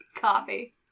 Coffee